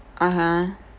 (uh huh)